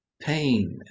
pain